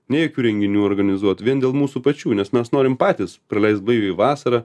nei jokių renginių organizuot vien dėl mūsų pačių nes mes norim patys praleist blaiviai vasarą